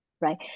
right